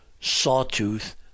sawtooth